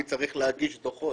אני צריך להגיש דוחות,